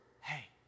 Hey